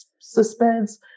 suspense